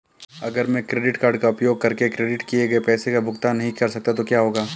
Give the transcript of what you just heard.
अगर मैं credit card का उपयोग करके क्रेडिट किए गए पैसे का भुगतान नहीं कर सकता तो क्या होगा?